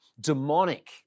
demonic